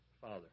Father